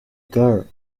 girl